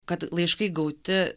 kad laiškai gauti